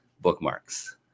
bookmarks